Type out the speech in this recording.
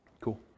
Cool